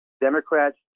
Democrats